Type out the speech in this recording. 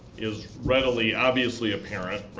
is readily, obviously apparent. right,